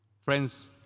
Friends